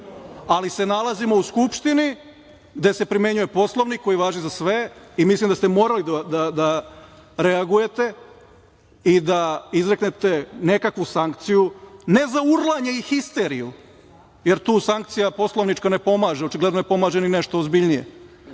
ali se nalazimo u Skupštini gde se primenjuje Poslovnik koji važi za sve i mislim da ste morali da reagujete i da izreknete nekakvu sankciju, ne za urlanje i histeriju, jer tu sankcija poslovnička ne pomaže, očigledno ne pomaže ni nešto ozbiljnije,